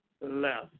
left